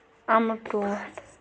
اَمہٕ ٹوٹھ